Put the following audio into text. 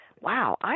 Wow